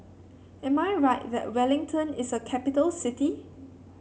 am I right that Wellington is a capital city